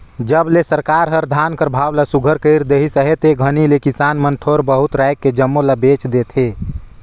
जब ले सरकार हर धान कर भाव ल सुग्घर कइर देहिस अहे ते घनी ले किसान मन थोर बहुत राएख के जम्मो ल बेच देथे